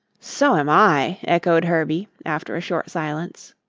so am i, echoed herbie, after a short silence.